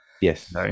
Yes